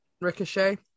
Ricochet